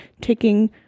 taking